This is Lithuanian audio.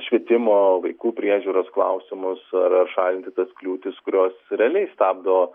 švietimo vaikų priežiūros klausimus ar ar šalinti tas kliūtis kurios realiai stabdo